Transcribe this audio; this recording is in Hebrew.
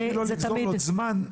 בשביל לא לגזול עוד זמן,